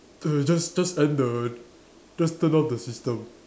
err just just end the just turn off the system